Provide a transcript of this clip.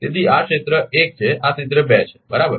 તેથી આ ક્ષેત્ર 1 છે આ ક્ષેત્ર 2 છે બરાબર